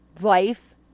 life